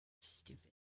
Stupid